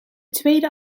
tweede